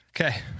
Okay